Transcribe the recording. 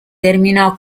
terminò